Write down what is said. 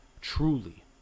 Truly